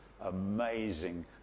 amazing